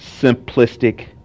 simplistic